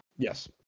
Yes